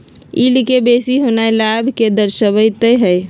yield के बेशी होनाइ लाभ के दरश्बइत हइ